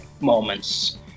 moments